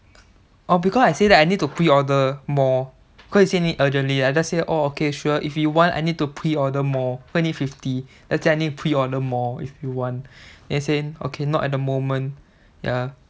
orh because I say that I need to pre-order more so he say need urgently I just say oh okay sure if you want I need to pre-order more cause he need fifty then I say I need to pre-order more if you want then he say orh okay not at the moment ya